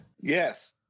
Yes